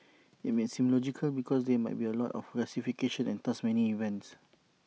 IT may seem logical because there might be A lot of classifications and thus many events